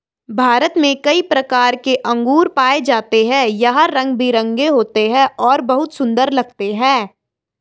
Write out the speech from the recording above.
भारत में कई प्रकार के अंगूर पाए जाते हैं यह रंग बिरंगे होते हैं और बहुत सुंदर लगते हैं